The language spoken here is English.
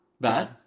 bad